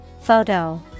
Photo